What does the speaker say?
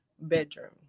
bedroom